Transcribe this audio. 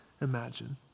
imagine